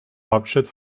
hauptstadt